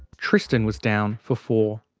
tristan was down for four.